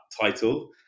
title